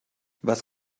was